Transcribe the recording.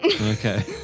Okay